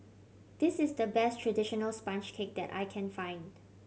this is the best traditional sponge cake that I can find